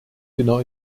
genau